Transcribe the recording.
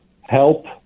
help